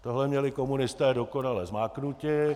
Tohle měli komunisté dokonale zmáknuté.